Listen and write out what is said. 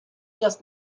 just